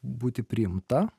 būti priimta